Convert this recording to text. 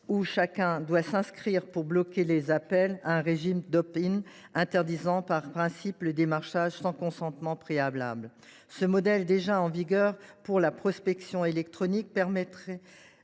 où chacun doit s’inscrire pour bloquer les appels, à un régime d’, interdisant par principe le démarchage sans consentement préalable. Ce modèle, déjà en vigueur pour la prospection électronique, permettrait